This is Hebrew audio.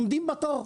עומדים בתור.